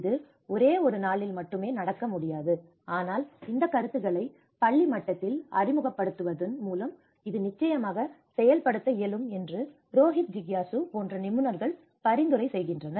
இது ஒரே ஒரு நாளில் மட்டுமே நடக்க முடியாது ஆனால் இந்த கருத்துக்களை பள்ளி மட்டத்தில் அறிமுகப்படுத்துவதன் மூலம் இது நிச்சயமாக செயல்படுத்த இயலும் என்று ரோஹித் ஜிகியாசு போன்ற நிபுணர்கள் பரிந்துரை செய்கின்றனர்